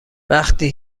وقتی